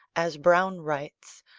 as browne writes,